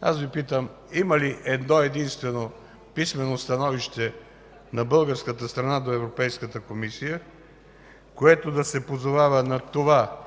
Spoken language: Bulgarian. аз Ви питам: има ли едно-единствено писмено становище на българската страна до Европейската комисия, което да се позовава на това